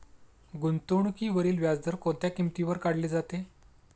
गुंतवणुकीवरील व्याज कोणत्या किमतीवर काढले जाते?